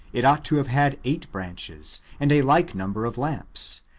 it ought to have had eight branches and a like number of lamps,